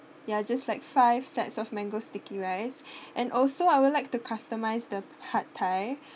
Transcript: ya just like five sets of mango sticky rice and also I would like to customise the pad thai